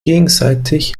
gegenseitig